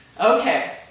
Okay